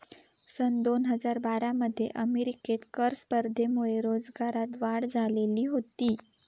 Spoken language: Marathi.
सन दोन हजार बारा मध्ये अमेरिकेत कर स्पर्धेमुळे रोजगारात वाढ झालेली होती